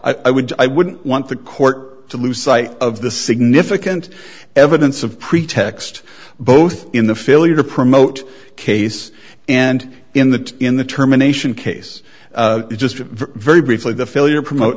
would i wouldn't want the court to lose sight of the significant evidence of pretext both in the failure to promote case and in the in the terminations case just very briefly the failure promote